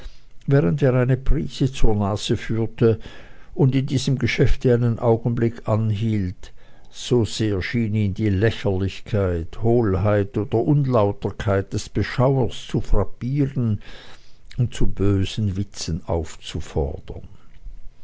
während er eine prise zur nase führte und in diesem geschäft einen augenblick anhielt so sehr schien ihn die lächerlichkeit hohlheit oder unlauterkeit des beschauers zu frappieren und zu bösen witzen aufzufordern